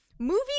Movie